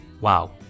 Wow